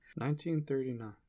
1939